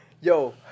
Yo